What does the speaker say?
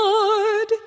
Lord